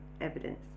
evidence